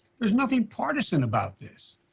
there's nothing partisan about this,